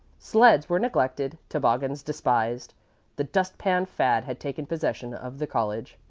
sleds were neglected, toboggans despised the dust-pan fad had taken possession of the college.